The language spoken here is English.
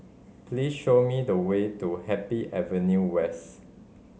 please show me the way to Happy Avenue West